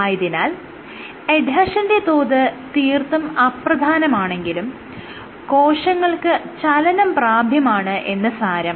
ആയതിനാൽ എഡ്ഹെഷന്റെ തോത് തീർത്തും അപ്രധാനമാണെങ്കിലും കോശങ്ങൾക്ക് ചലനം പ്രാപ്യമാണ് എന്ന് സാരം